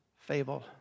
fable